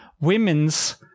women's